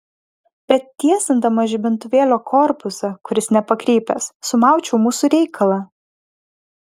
bet tiesindamas žibintuvėlio korpusą kuris nepakrypęs sumaučiau mūsų reikalą